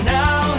now